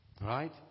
Right